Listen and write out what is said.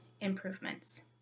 improvements